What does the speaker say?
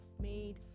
made